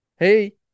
Hey